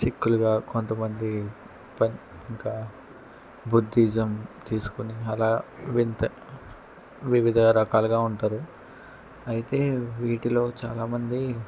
సిక్కులుగా కొంతమంది పని ఇంకా బుద్ధిజం తీసుకుని అలా వింత వివిధ రకాలుగా ఉంటారు అయితే వీటిలో చాలామంది